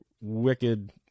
wicked